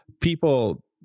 people